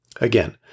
Again